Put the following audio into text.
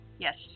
Yes